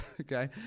okay